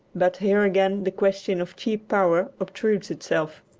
but here again the question of cheap power obtrudes itself.